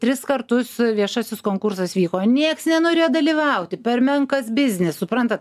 tris kartus viešasis konkursas vyko nieks nenorėjo dalyvauti per menkas biznis suprantat